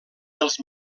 dels